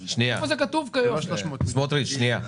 סמוטריץ', שנייה.